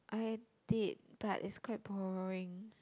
I did but it's quite boring